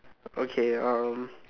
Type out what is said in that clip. okay um